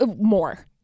More